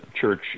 church